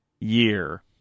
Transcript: year